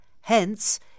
Hence